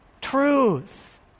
truth